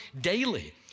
daily